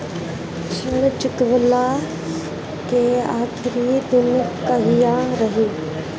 ऋण चुकव्ला के आखिरी दिन कहिया रही?